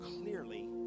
clearly